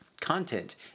content